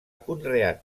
conreat